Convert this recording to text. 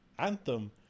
anthem